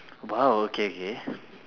!wow! okay okay